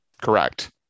Correct